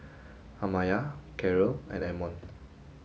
Amaya Caryl and Ammon